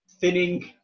thinning